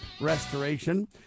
restoration